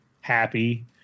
happy